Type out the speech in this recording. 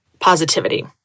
positivity